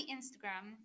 Instagram